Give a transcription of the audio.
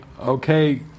okay